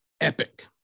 Epic